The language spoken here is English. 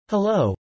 Hello